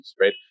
right